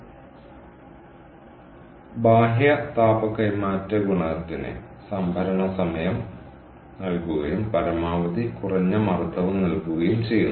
അതിനാൽ ബാഹ്യ താപ കൈമാറ്റ ഗുണകത്തിന് സംഭരണ സമയം നൽകുകയും പരമാവധി കുറഞ്ഞ മർദ്ദവും നൽകുകയും ചെയ്യുന്നു